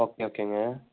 okay ஓகேங்க